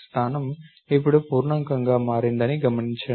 స్థానం ఇప్పుడు పూర్ణాంకంగా మారిందని గమనించండి